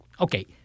Okay